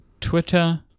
twitter